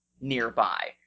nearby